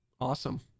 Awesome